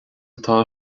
atá